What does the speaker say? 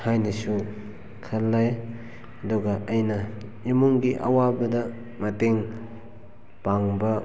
ꯍꯥꯏꯅꯁꯨ ꯈꯜꯂꯦ ꯑꯗꯨꯒ ꯑꯩꯅ ꯏꯃꯨꯡꯒꯤ ꯑꯋꯥꯕꯗ ꯃꯇꯦꯡ ꯄꯥꯡꯕ